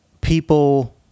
people